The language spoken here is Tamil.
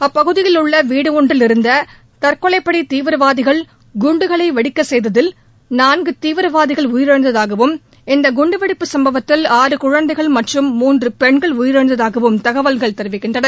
அப்பகுதியில் உள்ள வீடு ஒன்றில் இருந்த தற்கொலைப்படை தீவிரவாதிகள் குண்டுகளை வெடிக்கச் செய்ததில் நான்கு தீவிரவாதிகள் உயிரிழந்ததாகவும் இந்த குண்டுவெடிப்பு சம்பவத்தில் ஆறு குழந்தைகள் மற்றும் மூன்று பெண்கள் உயிரிழந்ததாகவும் தகவல்கள் தெரிவிக்கின்றனர்